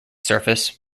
surface